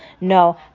no